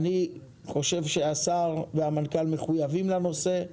אני חושב שהשר והמנכ"ל מחויבים לנושא.